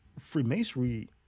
Freemasonry